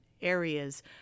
areas